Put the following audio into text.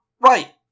Right